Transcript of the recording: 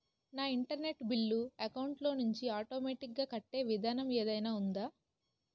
నా internet bill account లోంచి automatic గా కట్టే విధానం ఏదైనా ఉందా?